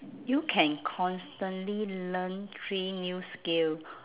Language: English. you can constantly learn three new skill